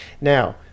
now